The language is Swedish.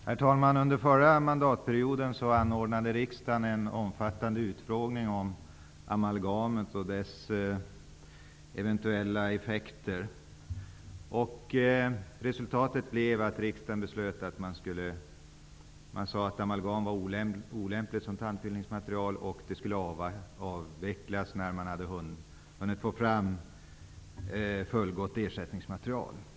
Herr talman! Under förra mandatperioden anordnade riksdagen en omfattande utfrågning om amalgamet och dess eventuella effekter. Resultatet blev att riksdagen uttalade att amalgam var olämpligt som tandfyllnadsmaterial och beslöt att det skulle avvecklas när man hade hunnit få fram fullgott ersättningsmaterial.